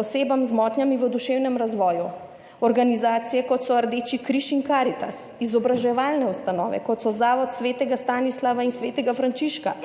osebam z motnjami v duševnem razvoju, organizacije kot so Rdeči križ in Karitas, izobraževalne ustanove kot so Zavod svetega Stanislava in svetega Frančiška,